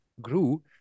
grew